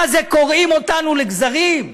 מה זה קורעים אותנו לגזרים.